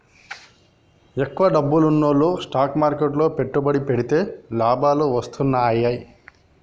ఎక్కువ డబ్బున్నోల్లు స్టాక్ మార్కెట్లు లో పెట్టుబడి పెడితే లాభాలు వత్తన్నయ్యి